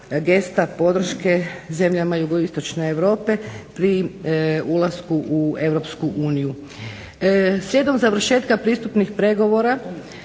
gesta podrške zemljama jugoistočne Europe pri ulasku u Europsku uniju. slijedom završetka pristupnih pregovora